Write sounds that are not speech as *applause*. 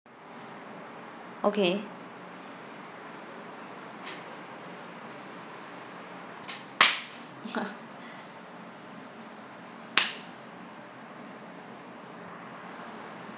okay *laughs*